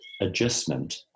adjustment